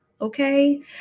okay